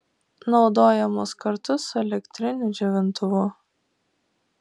naudojamos kartu su elektriniu džiovintuvu